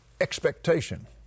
expectation